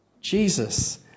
Jesus